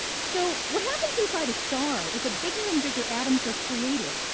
so what happens inside a star is that bigger and bigger atoms are created.